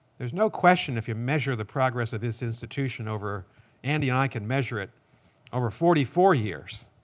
there's no question if you measure the progress of this institution over andy and i can measure it over forty four years.